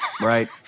Right